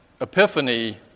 Epiphany